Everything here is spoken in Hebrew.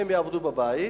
הן יעבדו בבית,